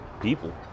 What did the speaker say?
people